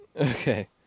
Okay